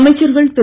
அமைச்சர்கள் திரு